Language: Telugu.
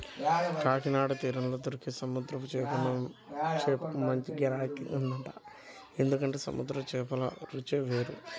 కాకినాడ తీరంలో దొరికే సముద్రం చేపలకు మంచి గిరాకీ ఉంటదంట, ఎందుకంటే సముద్రం చేపల రుచే వేరు